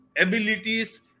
abilities